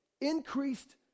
increased